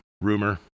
rumor